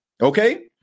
Okay